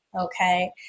okay